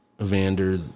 Evander